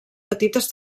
petites